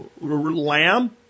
lamb